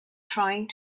trying